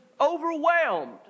Overwhelmed